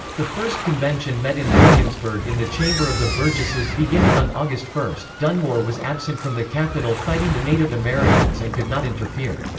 the first convention met in williamsburg in the chamber of the burgesses beginning on august one dunmore was absent from the capital fighting the native americans and could not interfere.